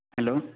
hello